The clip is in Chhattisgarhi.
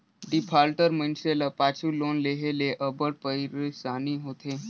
डिफाल्टर मइनसे ल पाछू लोन लेहे ले अब्बड़ पइरसानी होथे